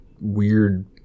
weird